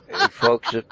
Folks